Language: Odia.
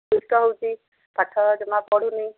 ଦୁଷ୍ଟ ହେଉଛି ପାଠ ଜମା ପଢ଼ୁନି